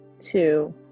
two